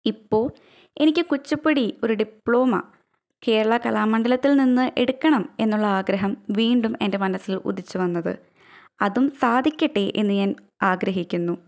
ഇപ്പോൾ എനിക്ക് കുച്ചിപ്പുടി ഒരു ഡിപ്ലോമ കേരള കലാമണ്ഡലത്തിൽ നിന്ന് എടുക്കണം എന്നുള്ള ആഗ്രഹം വീണ്ടും എൻ്റെ മനസ്സിൽ ഉദിച്ചു വന്നത് അതും സാധിക്കട്ടെ എന്ന് ഞാൻ ആഗ്രഹിക്കുന്നു